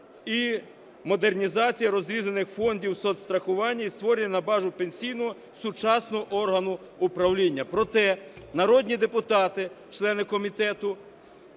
і модернізація розрізнених фондів соцстрахування, і створення на базі пенсійного сучасного органу управління. Проте, народні депутати члени Комітету